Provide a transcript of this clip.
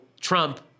Trump